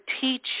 teach